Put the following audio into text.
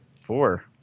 Four